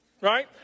right